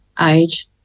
age